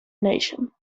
nation